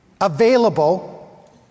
available